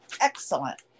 excellent